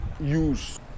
use